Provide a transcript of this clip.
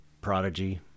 prodigy